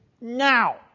Now